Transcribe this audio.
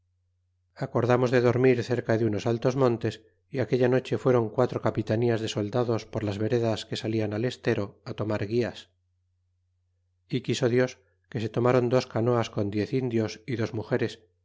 acordamos de dormir cerca de unos altos montes y aquella noche fuéron quatro capitanías de soldados por las veredas que salian al estero tomar gu l as y quiso dios que se tomron dos canoas con diez indios y dos mugeres